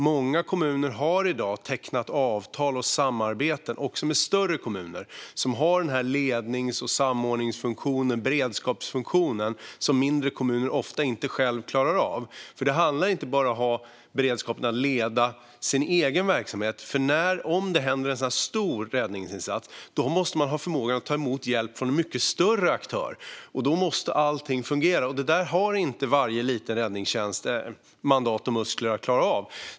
Många kommuner har i dag tecknat avtal och har samarbeten också med större kommuner som har den lednings-, samordnings och beredskapsfunktion som en mindre kommun ofta inte själv klarar av. Det handlar inte bara om att ha beredskap för att kunna leda sin egen verksamhet. Om det krävs en stor räddningsinsats måste man också ha förmåga att ta emot hjälp från mycket större aktörer. Då måste allting fungera, och det där har inte varje liten räddningstjänst mandat och muskler att klara av.